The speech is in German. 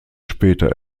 später